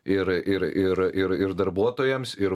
ir ir ir ir ir darbuotojams ir